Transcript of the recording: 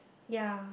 ya